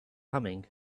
humming